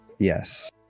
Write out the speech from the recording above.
Yes